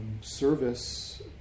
service